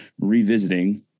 revisiting